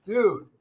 Dude